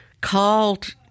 called